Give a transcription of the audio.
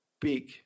big